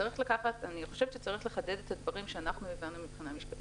אני חושבת שצריך לחדד דברים שאנחנו הבנו מבחינה משפטית.